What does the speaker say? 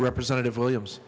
representative williams